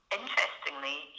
interestingly